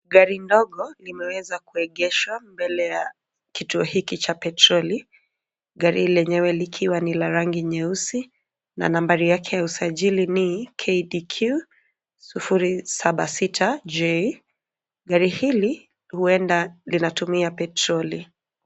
Gari dogo limeweza kuegeshwa mbele ya kituo hiki cha petroli. Gari lenyewe likiwa ni la rangi nyeusi na nambari lake is usajili ni KDQ O76J. Gari hili huenda linatumia petroli.